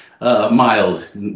mild